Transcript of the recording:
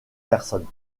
personnes